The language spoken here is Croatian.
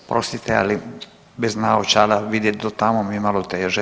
Oprostite ali bez naočala vidjet do tamo mi je malo teže.